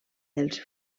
dels